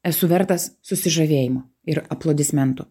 esu vertas susižavėjimo ir aplodismentų